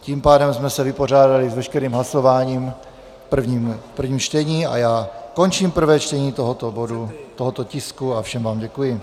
Tím pádem jsme se vypořádali s veškerým hlasováním v prvním čtení a já končím prvé čtení tohoto bodu, tohoto tisku, a všem vám děkuji.